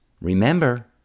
remember